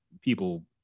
people